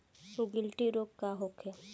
गिलटी रोग का होखे?